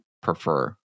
prefer